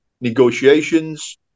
negotiations